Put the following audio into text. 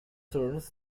turns